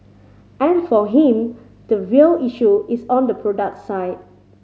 and for him the real issue is on the product side